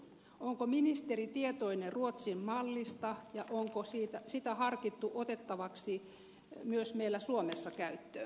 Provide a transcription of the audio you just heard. onko ministeri tietoinen ruotsin mallista ja onko sitä harkittu otettavaksi myös meillä suomessa käyttöön